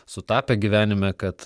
sutapę gyvenime kad